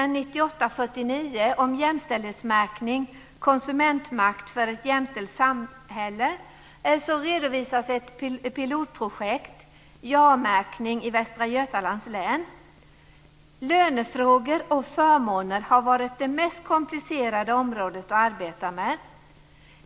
Lönefrågor och förmåner har varit det mest komplicerade området att arbeta med.